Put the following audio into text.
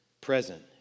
present